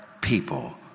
people